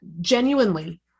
genuinely